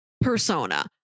Persona